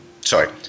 Sorry